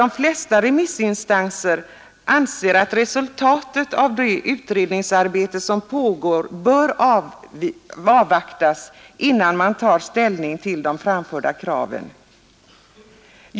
De flesta remissinstanser anser att resultatet av det uutredningsarbete som pågår bör avvaktas innan man tar ställning till de framförda kraven.